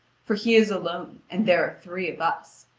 for he is alone and there are three of us.